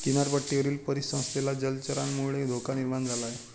किनारपट्टीवरील परिसंस्थेला जलचरांमुळे धोका निर्माण झाला आहे